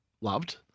Loved